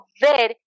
ver